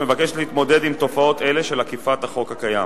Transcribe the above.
מבקשת להתמודד עם תופעות אלה של עקיפת החוק הקיים.